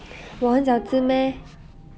我很小只 meh